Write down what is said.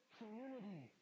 community